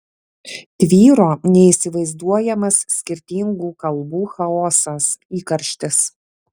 tvyro neįsivaizduojamas skirtingų kalbų chaosas įkarštis